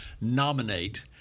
nominate